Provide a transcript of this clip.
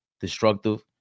destructive